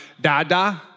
dada